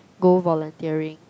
go volunteering